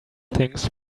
things